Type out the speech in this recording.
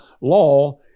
law